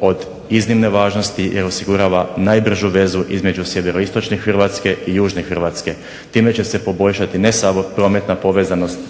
od iznimne važnosti jer osigurava najbržu vezu između sjeveroistočne Hrvatske i južne Hrvatske. Time će se poboljšati ne samo prometna povezanost